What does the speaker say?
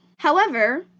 however,